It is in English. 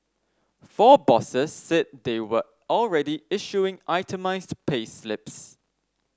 four bosses said they were already issuing itemised payslips